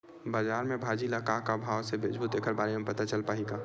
बजार में भाजी ल का भाव से बेचबो तेखर बारे में पता चल पाही का?